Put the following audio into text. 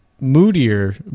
moodier